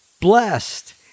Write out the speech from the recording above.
blessed